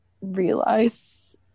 realize